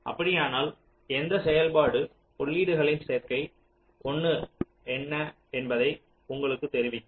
அப்படியானால் எந்த செயல்பாடு உள்ளீடுகளின் சேர்க்கை 1 என்ன என்பதை உங்களுக்குத் தெரிவிக்கும்